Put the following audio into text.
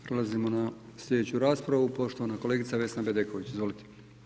Prelazimo na slijedeću raspravu, poštovan kolegica Vesna Bedeković, izvolite.